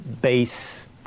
base